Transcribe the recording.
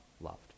loved